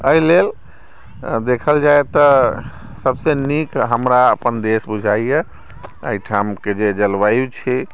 एहिलेल देखल जाय तऽ सभसँ नीक हमरा अपन देश बुझाइए एहिठामके जे जलवायु छै